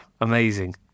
amazing